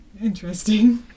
interesting